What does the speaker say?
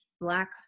black